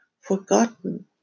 forgotten